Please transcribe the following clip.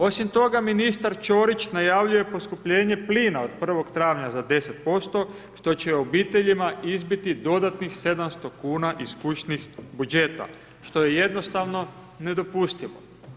Osim toga, ministar Ćorić najavljuje poskupljenje plina od 1. travnja za 10%, što će obiteljima izbiti dodatnih 700,00 kn iz kućnih budžeta, što je jednostavno nedopustivo.